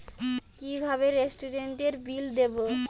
কিভাবে রেস্টুরেন্টের বিল দেবো?